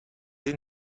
این